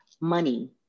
money